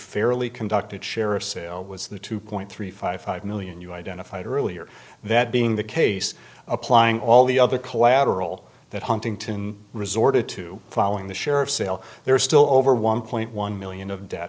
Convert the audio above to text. fairly conducted sheriff's sale was the two point three five five million you identified earlier that being the case applying all the other collateral that huntington resorted to following the sheriff's sale there is still over one point one million of debt